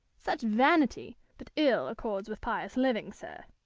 such vanity but ill accords with pious living, sir.